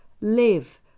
live